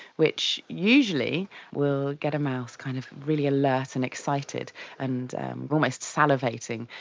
which usually will get a mouse kind of really alert and excited and almost salivating,